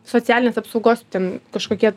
socialinės apsaugos ten kažkokie